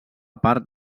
part